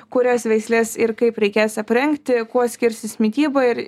kurias veisles ir kaip reikės aprengti kuo skirsis mityba ir